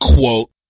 Quote